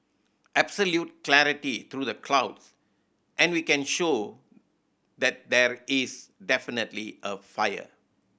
absolute clarity through the clouds and we can show that there is definitely a fire